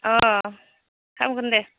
अ खालामगोन दे